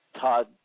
Todd